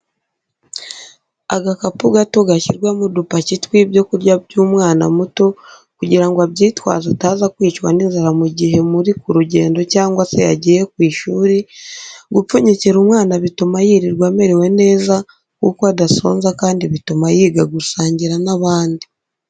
Agakapu gato gashyirwamo udupaki tw'ibyo kurya by'umwana muto kugirango abyitwaze ataza kwicwa n'inzara mu gihe muri ku rugendo cyangwa se yagiye ku ishuri, gupfunyikira umwana bituma yirirwa amerewe neza kuko adasonza kandi bituma yiga gusangira n'abandi.